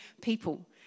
people